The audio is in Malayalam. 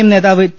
എം നേതാവ് ടി